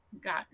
got